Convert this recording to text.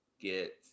get